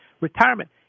Retirement